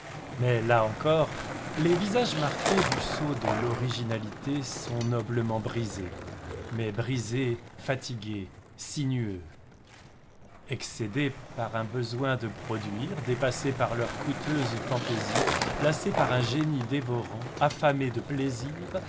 mais là encore les visages marqués du sceau de l'originalité sont noblement brisés mais brisés fatigués sinueux excédés par un besoin de produire dépassés par leurs coûteuses fantaisies lassés par un génie dévoreur affamés de plaisir